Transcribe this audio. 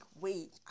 wait